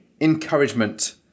encouragement